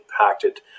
impacted